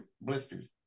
blisters